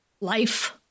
life